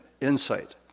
insight